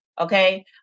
Okay